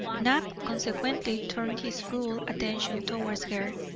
knapp, consequently, turned his full attention towards her,